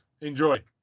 Enjoy